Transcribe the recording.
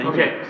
Okay